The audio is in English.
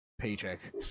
paycheck